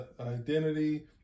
identity